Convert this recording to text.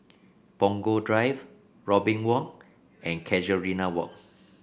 Punggol Drive Robin Walk and Casuarina Walk